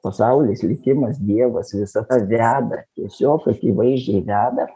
pasaulis likimas dievas visata veda tiesiog akivaizdžiai veda